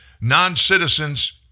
Non-citizens